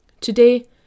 Today